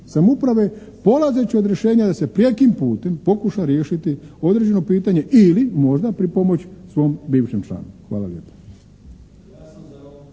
samouprave polazeći od rješenja da se prijekim putem pokuša riješiti određeno pitanje ili možda pripomoć svom bivšem članu. Hvala lijepo.